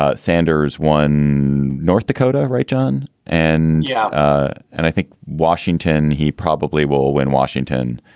ah sanders won north dakota, right, john? and yeah ah and i think washington, he probably will win washington,